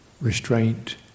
restraint